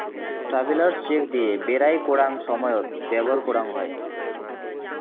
travellers cheque দিয়ে বেরায় করাঙ সময়ত ব্যবহার করাং হই